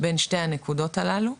בין שתי הנקודות האלה,